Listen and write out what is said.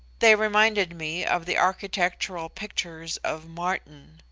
they reminded me of the architectural pictures of martin.